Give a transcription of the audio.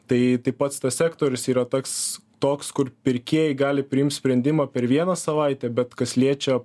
tai tai pats tas sektorius yra toks toks kur pirkėjai gali priimt sprendimą per vieną savaitę bet kas liečia